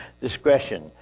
discretion